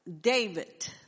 David